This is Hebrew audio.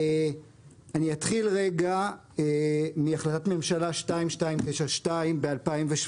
אני אתחיל רגע מהחלטת ממשלה 2292 ב-2017.